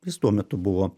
jis tuo metu buvo